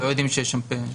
אבל לא יודעים שיש שם פשע.